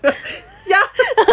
ya